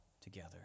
together